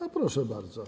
A proszę bardzo.